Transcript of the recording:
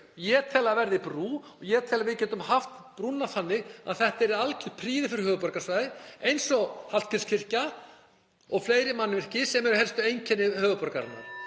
ég tel að það verði brú. Ég tel að við getum haft brúna þannig að hún yrði algjör prýði fyrir höfuðborgarsvæðið eins og Hallgrímskirkja og fleiri mannvirki sem eru helstu einkenni höfuðborgarinnar.